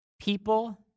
People